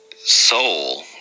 Soul